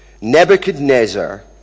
Nebuchadnezzar